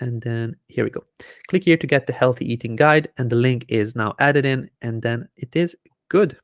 and then here we go click here to get the healthy eating guide and the link is now added in and then it is good